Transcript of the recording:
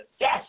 Yes